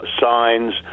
signs